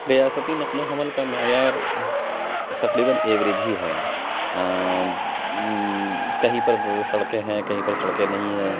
ریاستی نقل و حمل کا معیار تقریباً ایوریج ہی ہے کہیں پر سڑکیں ہیں کہیں پر سڑکیں نہیں ہیں